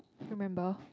remember